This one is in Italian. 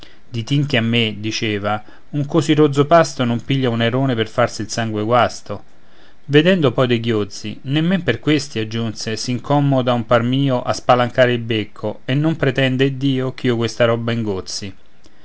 di tinche a me diceva un così rozzo pasto non piglia un airone per farsi il sangue guasto vedendo poi dei ghiozzi nemmen per questi aggiunse s'incommoda un par mio a spalancare il becco e non pretenda iddio ch'io questa roba ingozzi